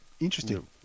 interesting